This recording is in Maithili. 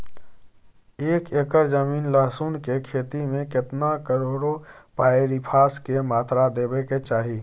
एक एकर जमीन लहसुन के खेती मे केतना कलोरोपाईरिफास के मात्रा देबै के चाही?